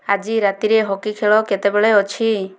ଆଜି ରାତିରେ ହକି ଖେଳ କେତେବେଳେ ଅଛି